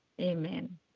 Amen